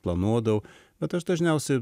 planuodavau bet aš dažniausiai